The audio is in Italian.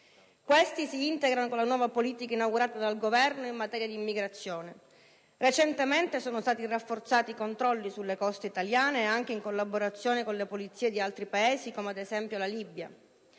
interventi si integrano con la nuova politica inaugurata dal Governo in materia di immigrazione. Recentemente sono stati rafforzati i controlli sulle coste italiane, anche in collaborazione con le polizie di altri Paesi, come ad esempio la Libia.